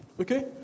Okay